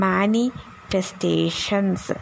Manifestations